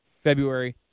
February